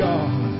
God